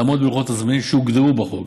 לעמוד בלוחות הזמנים שהוגדרו בחוק.